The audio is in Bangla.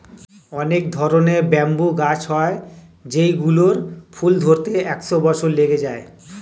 অনেক ধরনের ব্যাম্বু গাছ হয় যেই গুলোর ফুল ধরতে একশো বছর লেগে যায়